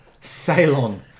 Ceylon